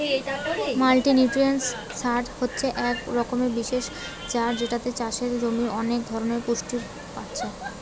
multinutrient সার হচ্ছে এক রকমের বিশেষ সার যেটাতে চাষের জমির অনেক ধরণের পুষ্টি পাচ্ছে